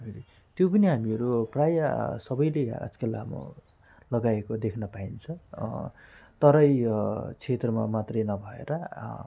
त्यो पनि हामीहरू प्रायः सबैले आजकल अब लगाएको देख्न पाइन्छ तराई क्षेत्रमा मात्रै नभएर